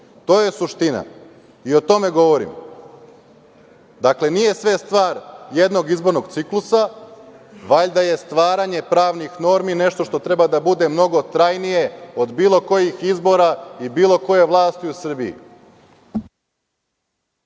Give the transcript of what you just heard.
To je suština i o tome govorim. Dakle, nije sve stvar jednog izbornog ciklusa. Valjda je stvaranje pravnih normi nešto što treba da bude mnogo trajnije od bilo kojih izbora i bilo koje vlasti u Srbiji.